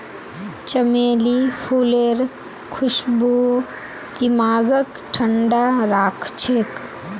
चमेली फूलेर खुशबू दिमागक ठंडा राखछेक